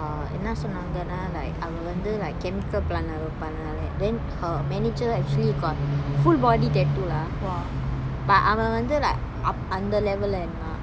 err என்னா சொன்னாங்கனா:enna sonnangana like அவ வந்து:ava vanthu like chemical plant lah work பண்றதால:panrathaala then her manager actually got full body tattoo ah but அவன் வந்து:avan vanthu like அந்த:antha level என்னா:enna